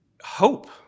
Hope